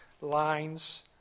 lines